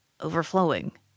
Overflowing